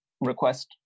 request